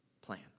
plan